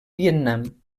vietnam